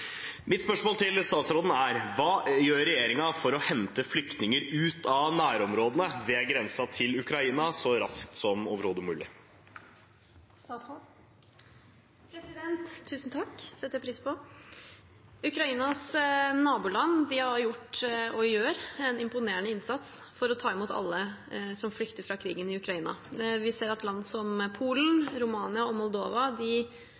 Mitt spørsmål til statsråden er: «Hva gjør regjeringen for å få hentet flyktninger ut av nærområdene ved grensa til Ukraina så raskt som mulig?» Tusen takk – det setter jeg pris på! Ukrainas naboland har gjort, og gjør, en imponerende innsats for å ta imot alle som flykter fra krigen i Ukraina. Vi ser at land som